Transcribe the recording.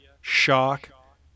shock